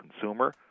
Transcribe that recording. consumer